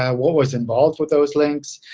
what was involved with those links,